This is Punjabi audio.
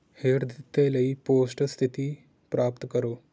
ਹੇਠ ਦਿੱਤੇ ਲਈ ਪੋਸਟ ਸਥਿਤੀ ਪ੍ਰਾਪਤ ਕਰੋ